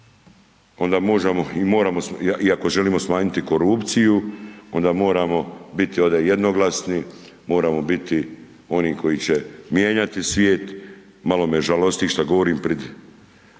onda možemo i moramo i ako želimo smanjiti korupciju, onda moramo bit ovdje jednoglasni, moramo biti oni koji će mijenjati svijet, malo me žalosti šta govorim pred